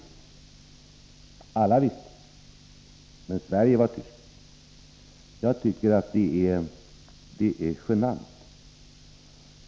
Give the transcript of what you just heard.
Men Sverige var tyst.